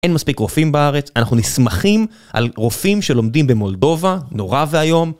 אין מספיק רופאים בארץ, אנחנו נסמכים על רופאים שלומדים במולדובה, נורא ואיום.